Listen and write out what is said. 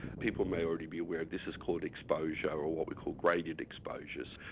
people may already be aware, this is called exposure or what we call graded exposures.